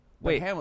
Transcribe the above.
Wait